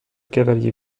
cavalier